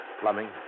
Plumbing